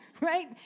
Right